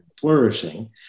flourishing